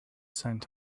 scent